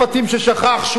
ששכח שהוא גם,